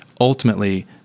Ultimately